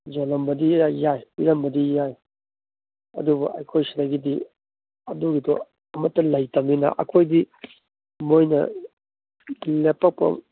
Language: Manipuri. ꯌꯣꯜꯂꯝꯕꯗꯤ ꯌꯥꯏ ꯄꯤꯔꯝꯕꯗꯤ ꯌꯥꯏ ꯑꯗꯨꯕꯨ ꯑꯩꯈꯣꯏ ꯁꯤꯗꯒꯤꯗꯤ ꯑꯗꯨꯒꯤꯗꯣ ꯑꯃꯠꯇ ꯂꯩꯇꯦ ꯑꯗꯨꯅ ꯑꯩꯈꯣꯏꯗꯤ ꯃꯣꯏꯅ ꯂꯦꯞꯄꯛꯄ